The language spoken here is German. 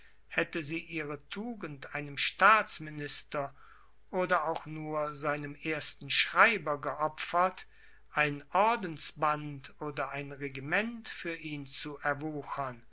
hätte sie ihre tugend einem staatsminister oder auch nur seinem ersten schreiber geopfert ein ordensband oder ein regiment für ihn zu erwuchern